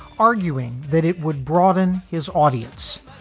arguing that it would broaden his audience.